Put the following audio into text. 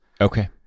Okay